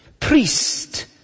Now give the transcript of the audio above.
priest